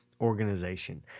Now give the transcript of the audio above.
organization